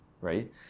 right